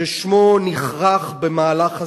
ששמו נכרך במהלך הזה.